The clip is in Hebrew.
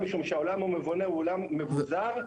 משום שהעולם המבונה הוא עולם מבוזר,